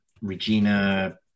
Regina